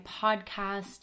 podcast